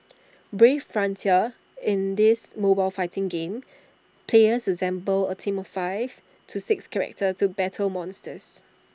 brave frontier in this mobile fighting game players assemble A team of five to six characters to battle monsters